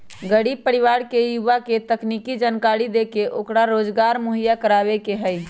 गरीब परिवार के युवा के तकनीकी जानकरी देके ओकरा रोजगार मुहैया करवावे के हई